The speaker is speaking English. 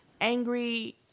angry